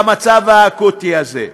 למצב האקוטי הזה.